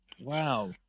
Wow